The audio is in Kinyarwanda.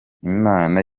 imana